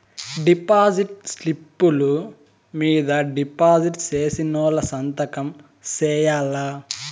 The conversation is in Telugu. డిపాజిట్ స్లిప్పులు మీద డిపాజిట్ సేసినోళ్లు సంతకం సేయాల్ల